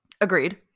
agreed